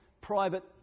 private